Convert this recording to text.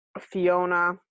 Fiona